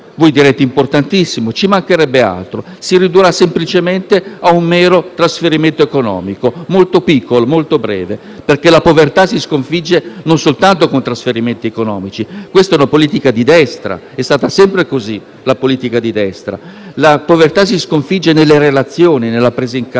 voi dite importantissimo, ci mancherebbe altro - si ridurrà a un mero trasferimento economico, molto piccolo, molto breve. La povertà non si sconfigge soltanto con trasferimenti economici - questa è una politica di destra; è stata sempre questa la politica di destra - ma si sconfigge nelle relazioni, nella presa in carico,